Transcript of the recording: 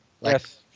Yes